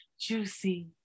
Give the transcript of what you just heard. juicy